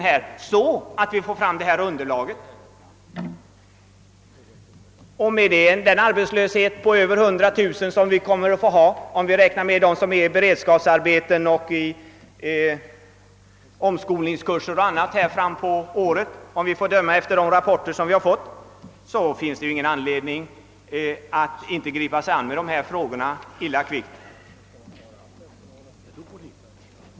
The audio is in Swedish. Med den arbetslöshet på över 100 000 personer som vi, att döma av de rapporter vi fått, kommer att få, om vi även räknar med dem som är sysselsatta i beredskapsarbeten, genomgår omsikolningskurser 0. s. v., finns det ingen anledning att inte illa kvickt gripa sig an med dessa frågor.